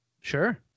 Sure